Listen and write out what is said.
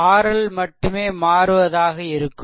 RL மட்டுமே மாறுவதாக இருக்கும்